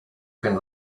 can